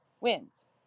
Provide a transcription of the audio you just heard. wins